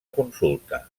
consulta